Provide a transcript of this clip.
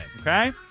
Okay